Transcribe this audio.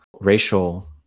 racial